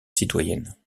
citoyenne